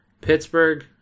Pittsburgh